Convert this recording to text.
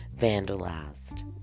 vandalized